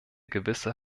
gewisse